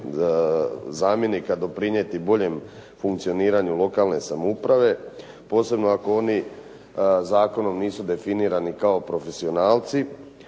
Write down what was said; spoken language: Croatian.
zamjenika doprinijeti boljem funkcioniranju lokalne samouprave posebno ako oni zakonom nisu definirani kao profesionalci,